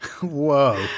Whoa